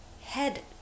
head